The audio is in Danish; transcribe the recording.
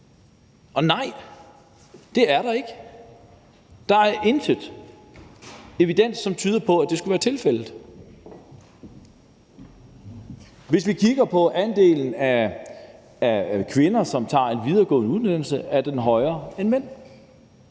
Nej, det er der ikke. Der er ingen evidens, som tyder på, at det skulle være tilfældet. Hvis vi kigger på andelen af kvinder, som tager en videregående uddannelse, er den højere end